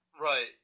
right